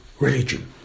religion